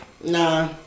Nah